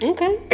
Okay